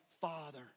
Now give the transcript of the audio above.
Father